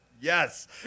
Yes